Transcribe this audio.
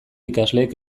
ikasleek